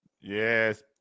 Yes